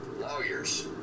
lawyers